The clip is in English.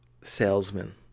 salesman